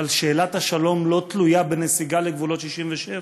אבל שאלת השלום לא תלויה בנסיגה לגבולות 67',